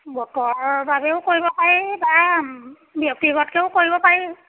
বতৰৰ বাবেও কৰিব পাৰি বা ব্যক্তিগতকেও কৰিব পাৰি